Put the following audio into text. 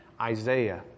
Isaiah